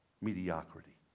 mediocrity